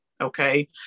okay